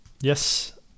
Yes